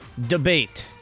debate